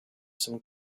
some